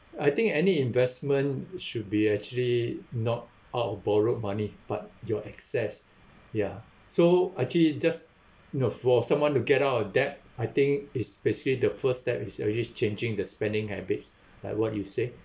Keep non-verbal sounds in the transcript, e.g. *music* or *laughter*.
I think any investment should be actually not out of borrowed money but your excess ya so actually just you know for someone to get out of debt I think it's basically the first step is always changing the spending habits *breath* like what you say